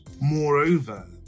Moreover